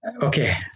okay